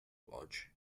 lodge